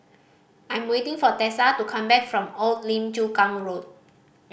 I'm waiting for Tessa to come back from Old Lim Chu Kang Road